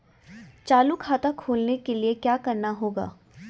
चालू खाता खोलने के लिए क्या करना होगा?